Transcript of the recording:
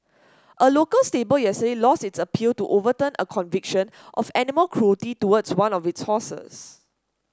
a local stable yesterday lost its appeal to overturn a conviction of animal cruelty towards one of its horses